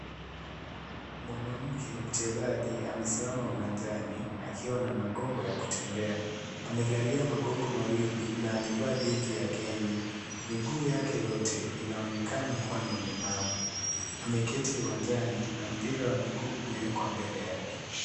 Mwanamke mchezaji amesimama uwanjani akiwa na magongo ya kutembea. Amelalia magongo mawili na amevaa jezi ya kenya. Miguu yake yote inaonekana kua na ulemavu, ameketi uwanjani na mpira wa miguu umewekwa mbele yake.